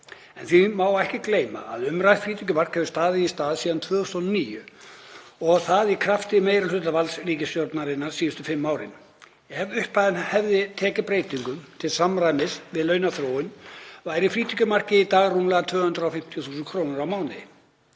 En því má ekki gleyma að umrætt frítekjumark hefur staðið í stað síðan 2009 og það í krafti meirihlutavalds ríkisstjórnar síðustu fimm árin. Ef upphæðin hefði tekið breytingum til samræmis við launaþróun væri frítekjumarkið í dag rúmlega 250.000 kr. á mánuði.